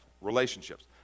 Relationships